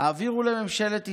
"העבירו לממשלת ישראל: